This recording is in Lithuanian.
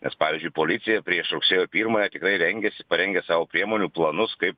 nes pavyzdžiui policija prieš rugsėjo pirmąją tikrai rengiasi parengia savo priemonių planus kaip